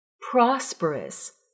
prosperous